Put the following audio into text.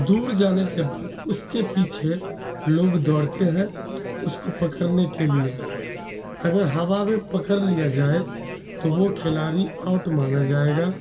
دور جانے کے بعد اس کے پیچھے لوگ دوڑتے ہیں اس کو پکڑنے کے لیے اگر ہوا میں پکر لیا جائے تو وہ کھلاڑی آؤٹ مانا جائے گا